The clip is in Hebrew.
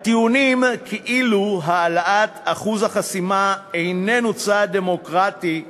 הטיעונים כאילו העלאת אחוז החסימה איננה צעד דמוקרטי מגוחכים.